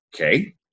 Okay